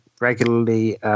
regularly